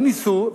הם ניסו,